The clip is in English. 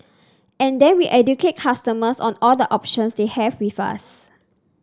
and then we educate customers on all the options they have with us